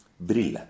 brille